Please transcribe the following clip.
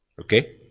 Okay